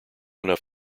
enough